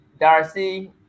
Darcy